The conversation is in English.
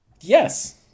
Yes